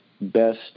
best